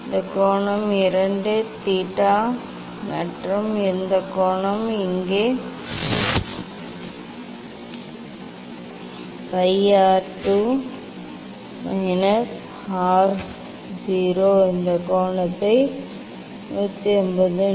இந்த கோணம் 2 theta i மற்றும் இந்த கோணம் இங்கே நான் பை ஆர் 2 மைனஸ் ஆர் 0 இந்த கோணத்தை இந்த நேர் கோட்டில் இந்த கோணத்தில் எழுதியுள்ளேன் இது மொத்த கோணம் 180